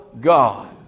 God